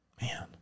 Man